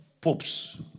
popes